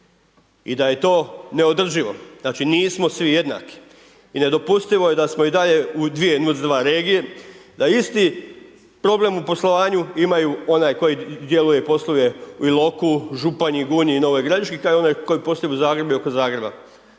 i da je to neodrživo. Znači nismo svi jednaki i nedopustivo je da smo i dalje u .../Govornik se ne razumije./... regije, da isti problem u poslovanju imaju onaj koji djeluje i posluje u Iloku, Županji, Gunji, Novoj Gradiški, kao i one koje posluju u Zagrebu i oko Zagreba.